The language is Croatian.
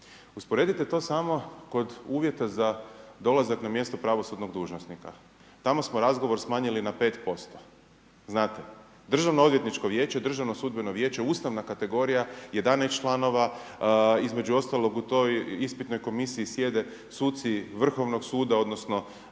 Usporedite to samo kod uvjeta za dolazak na mjesto pravosudnog dužnosnika. Tamo smo razgovor smanjili na 5%, znate. Državno odvjetničko vijeće, državno sudbeno vijeće, ustavna kategorija, 11 članova, između ostalog u toj ispitnoj komisiji sjede suci Vrhovnog suda odnosno